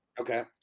Okay